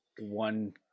one